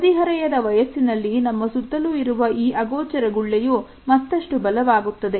ಹದಿಹರೆಯದ ವಯಸ್ಸಿನಲ್ಲಿ ನಮ್ಮ ಸುತ್ತಲೂ ಇರುವ ಈ ಅಗೋಚರ ಗುಳ್ಳೆಯು ಮತ್ತಷ್ಟು ಬಲವಾಗುತ್ತದೆ